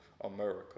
america